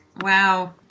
Wow